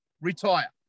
retire